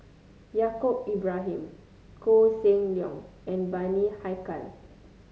Yaacob Ibrahim Koh Seng Leong and Bani Haykal